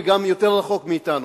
וגם יותר רחוק מאתנו,